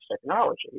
technology